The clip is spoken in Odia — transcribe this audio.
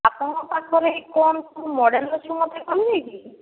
ଆପଣଙ୍କ ପାଖରେ କ'ଣ ସବୁ ମଡ଼େଲ୍ ଅଛି ମୋତେ କହିବେ କି